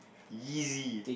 easy